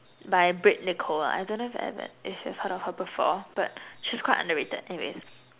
by britt-nicole lah I don't know if you've ever if you've heard of her before but she's quite underrated anyways